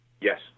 yes